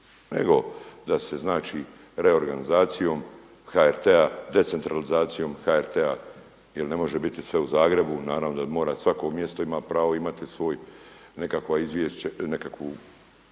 nego da se znači reorganizacijom HRT-a, decentralizacijom HRT-a jer ne može biti sve u Zagrebu. Naravno da mora svako mjesto ima pravo imati svoj nekakvu emisiju,